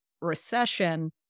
recession